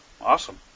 awesome